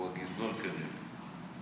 הוא הגזבר כנראה.